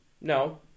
No